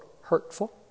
hurtful